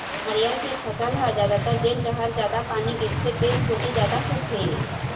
नरियर के फसल ह जादातर जेन डहर जादा पानी गिरथे तेन कोती जादा होथे